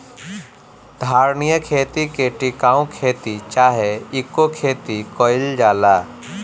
धारणीय खेती के टिकाऊ खेती चाहे इको खेती कहल जाला